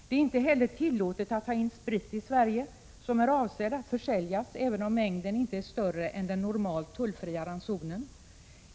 Det är inte heller tillåtet att ta in sprit i Sverige som är avsedd att försäljas, även om mängden inte är större än den normalt tullfria ransonen.